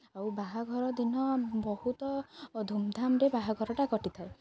ଆଉ ବାହାଘର ଦିନ ବହୁତ ଧୁମ୍ଧାମ୍ରେ ବାହାଘରଟା କଟିଥାଏ